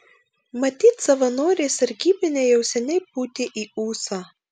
matyt savanoriai sargybiniai jau seniai pūtė į ūsą